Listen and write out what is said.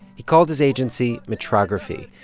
he called his agency metrography,